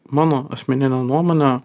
mano asmenine nuomone